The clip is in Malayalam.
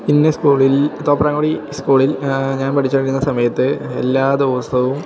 ഇന്ന് സ്കൂളിൽ തോപ്പ്രാകുടി സ്കൂളിൽ ഞാൻ പഠിച്ചോണ്ടിരുന്ന സമയത്ത് എല്ലാ ദിവസവും